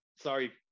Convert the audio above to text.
sorry